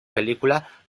película